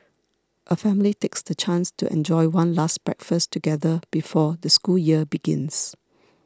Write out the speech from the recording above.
a family takes the chance to enjoy one last breakfast together before the school year begins